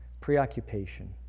preoccupation